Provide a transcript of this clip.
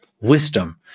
wisdom